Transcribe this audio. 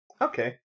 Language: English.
Okay